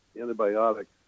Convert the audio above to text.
antibiotics